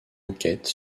enquête